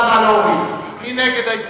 42 נגד,